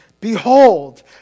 Behold